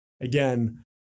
again